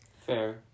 Fair